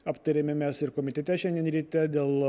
aptarėme mes ir komitete šiandien ryte dėl